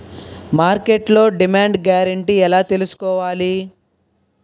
మార్కెట్లో demand guarantee ఎలా తెల్సుకోవాలి?